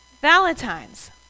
Valentine's